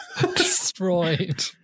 destroyed